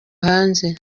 hanze